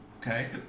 Okay